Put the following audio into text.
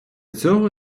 цього